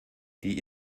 die